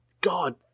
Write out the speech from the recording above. God